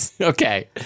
Okay